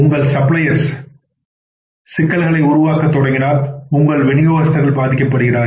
உங்கள் சப்ளையர்கள் சிக்கல்களை உருவாக்கத் தொடங்கினால் உங்கள் விநியோகஸ்தர்கள் பாதிக்கப்படுகிறார்கள்